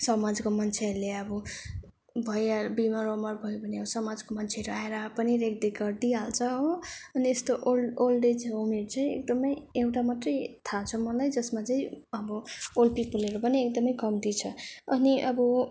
समाजको मान्छेहरूले अब भैयाहरू बिमार सिमार भयो भने अब समाजको मान्छेहरू आएर पनि रेख देख गरिदिइ हाल्छ हो अनि यस्तो ओल्ड ओल्ड एज होमहरू चाहिँ एकदम एउटा मात्र थाहा छ मलाई जसमा चाहिँ अब ओल्ड पिपलहरू पनि एकदम कम्ती छ अनि अब